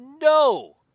no